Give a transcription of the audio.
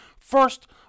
First